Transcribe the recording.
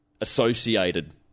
associated